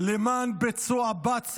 למען בְּצֹעַ בָּצַע".